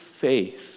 faith